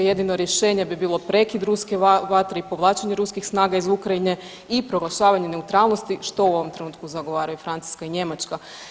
Jedino rješenje bi bilo prekid ruske vatre i i povlačenje ruskih snaga iz Ukrajine i proglašavanje neutralnosti što u ovom trenutku zagovara i Francuska i Njemačka.